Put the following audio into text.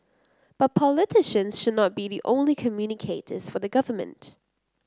but politicians should not be the only communicators for the government